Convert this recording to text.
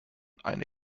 eine